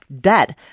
debt